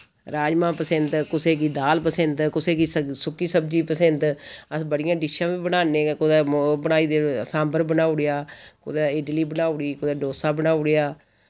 राजमा पसिंद कुसैगी दाल पसिंद कुसै गी सुक्की सब्जी पसिंद अस बड़ियां डिशां बी बनान्ने कुतै ओह बनाई सांबर बनाउड़ेआ कुतै इडली बनाऊड़ी कुतै डोसा बनाऊड़ेआ